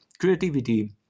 Creativity